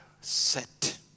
set